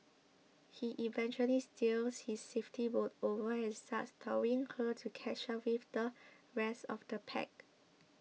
he eventually steers his safety boat over and starts towing her to catch up with the rest of the pack